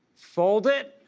fold it.